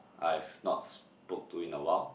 I have not spoke to in a while